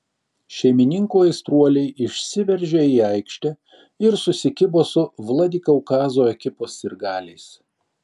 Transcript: šeimininkų aistruoliai išsiveržė į aikštę ir susikibo su vladikaukazo ekipos sirgaliais